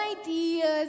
ideas